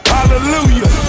Hallelujah